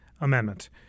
Amendment